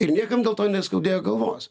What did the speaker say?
ir niekam dėl to neskaudėjo galvos